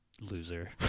loser